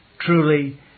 Truly